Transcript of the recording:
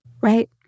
Right